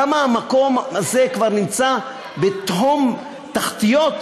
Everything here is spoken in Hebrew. כמה המקום הזה כבר נמצא בתהום תחתיות,